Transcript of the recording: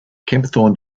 kempthorne